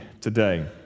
today